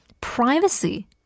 privacy